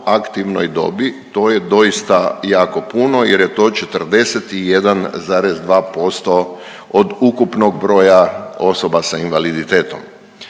aktivnoj dobi. To je doista jako puno jer je to 41,2% od ukupnog broja osoba sa invaliditetom.